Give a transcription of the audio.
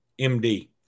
MD